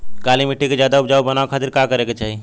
काली माटी के ज्यादा उपजाऊ बनावे खातिर का करे के चाही?